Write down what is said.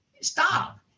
stop